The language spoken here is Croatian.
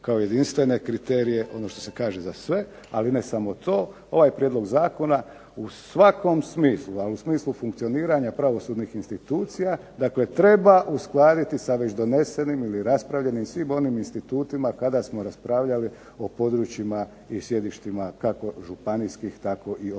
kao jedinstvene kriterije ono što se kaže za sve, ali ne samo to. Ovaj prijedlog zakona u svakom smislu, a u smislu funkcioniranja pravosudnih institucija treba uskladiti sa već donesenim ili raspravljenim svim onim institutima kada smo raspravljali o područjima i sjedištima kako županijskih tako i općinskih